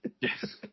Yes